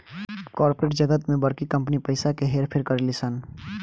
corporate जगत में बड़की कंपनी पइसा के हेर फेर करेली सन